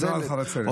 נוהל חבצלת.